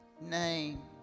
name